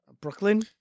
Brooklyn